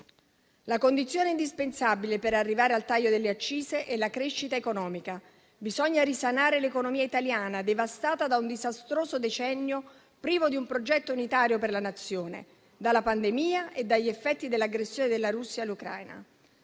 La condizione indispensabile per arrivare al taglio delle accise è la crescita economica; bisogna risanare l'economia italiana, devastata da un disastroso decennio privo di un progetto unitario per la Nazione, dalla pandemia e dagli effetti dell'aggressione della Russia all'Ucraina.